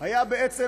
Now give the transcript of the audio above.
זו בעצם